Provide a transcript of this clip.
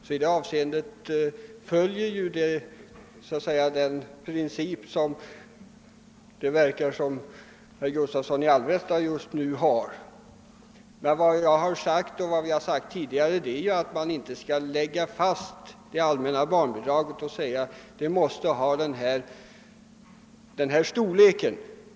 I det avseendet följer man alltså den princip som herr Gustavsson i Alvesta just nu tycks vilja tilllämpa. Som vi har sagt tidigare bör man emellertid inte lägga fast det allmänna barnbidraget vid en viss storlek.